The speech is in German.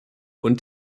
und